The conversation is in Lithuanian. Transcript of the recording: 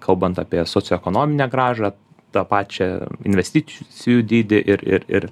kalbant apie socioekonominę grąžą tą pačią investic cijų dydį ir ir ir